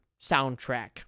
soundtrack